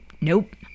Nope